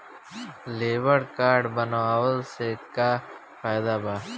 Labour card बनवाला से का फायदा बा?